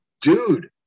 dude